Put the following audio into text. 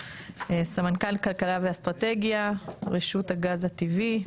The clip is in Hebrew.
סמנכ"ל כלכלה ואסטרטגיה, רשות הגז הטבעי.